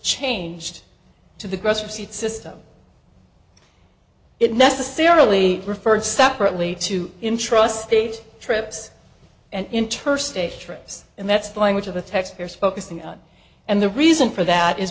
changed to the grocery seat system it necessarily referred separately to intrust state trips and inter state trace and that's the language of the text here is focusing on and the reason for that is